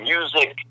Music